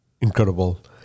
incredible